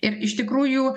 ir iš tikrųjų